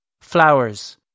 Flowers